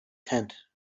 tent